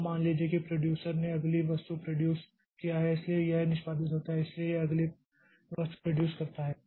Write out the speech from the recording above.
अब मान लीजिए कि प्रोड्यूसर ने अगली वस्तु प्रोड्यूस किया है इसलिए यह निष्पादित होता है इसलिए यह अगली वस्तु प्रोड्यूस करता है